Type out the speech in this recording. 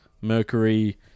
mercury